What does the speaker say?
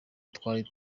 twari